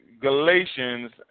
Galatians